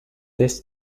this